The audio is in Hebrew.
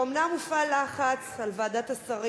אומנם הופעל לחץ על ועדת השרים.